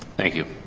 thank you,